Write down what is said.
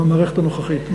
עם המערכת הנוכחית,